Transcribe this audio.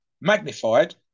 magnified